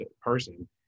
person